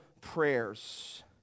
prayers